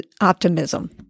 optimism